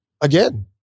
again